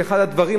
כאחד הדברים,